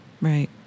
Right